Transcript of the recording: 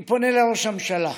אני פונה לראש הממשלה: